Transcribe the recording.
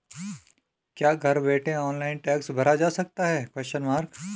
क्या घर बैठे ऑनलाइन टैक्स भरा जा सकता है?